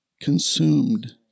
consumed